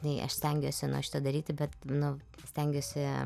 žinai aš stengiuosi šitą daryti bet nu stengiuosi